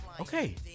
Okay